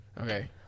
okay